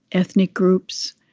ethnic groups,